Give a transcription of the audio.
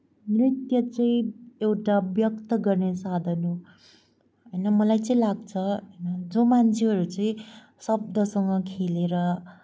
नृत्य चाहिँ एउटा व्यक्त गर्ने साधन हो होइन मलाई चाहिँ लाग्छ जो मान्छेहरू चाहिँ शब्दसँग खेलेर